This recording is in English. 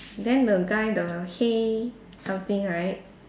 then the guy the hey something right